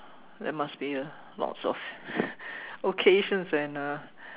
there must be a lots of okay so then uh